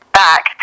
back